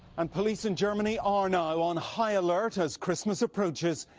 and police in germany are now on high alert as christmas approaches.